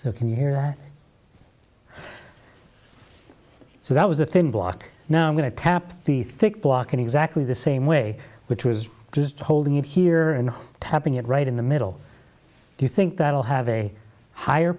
blog can you hear that so that was the thin block now i'm going to tap the thick block in exactly the same way which was just holding it here and tapping it right in the middle you think that will have a higher